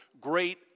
great